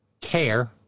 care